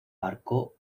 barco